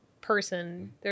person